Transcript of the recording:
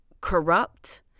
corrupt